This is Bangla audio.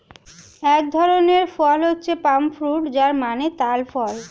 এক ধরনের ফল হচ্ছে পাম ফ্রুট যার মানে তাল ফল